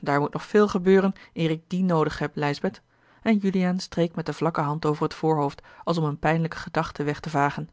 daar moet nog veel gebeuren eer ik dien noodig heb lijsbeth en juliaan streek met de vlakke hand over t voorhoofd als om eene pijnlijke gedachte weg te vagen